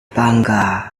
bangga